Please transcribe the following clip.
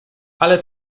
ale